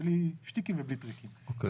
בלי שטיקים ובלי טריקים,